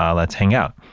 ah let's hang out.